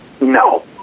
No